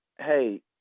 hey